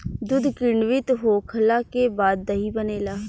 दूध किण्वित होखला के बाद दही बनेला